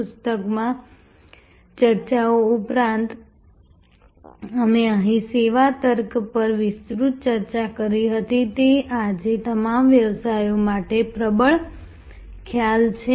પુસ્તકમાં ચર્ચાઓ ઉપરાંત અમે અહીં સેવા તર્ક પર વિસ્તૃત ચર્ચા કરી હતી તે આજે તમામ વ્યવસાયો માટે પ્રબળ ખ્યાલ છે